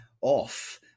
off